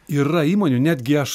yra įmonių netgi aš